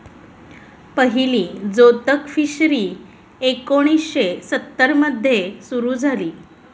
पहिली जोतक फिशरी एकोणीशे सत्तर मध्ये सुरू झाली